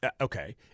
Okay